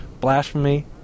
blasphemy